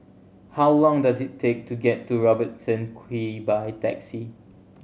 how long does it take to get to Robertson Quay by taxi